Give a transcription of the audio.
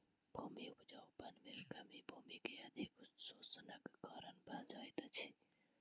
भूमि उपजाऊपन में कमी भूमि के अधिक शोषणक कारण भ जाइत अछि